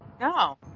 No